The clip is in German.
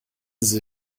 sie